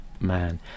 Man